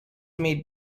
made